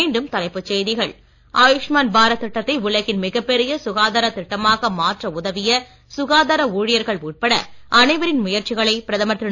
மீண்டும் தலைப்புச் செய்தகிள் ஆயுஷ்மான் பாரத் திட்டத்தை உலகின் மிகப் பெரிய சுகாதார திட்டமாக மாற்ற உதவிய சுகாதார ஊழியர்கள் உட்பட அனைவரின் முயற்சிகளை பிரதமர் திரு